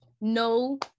no